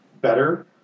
better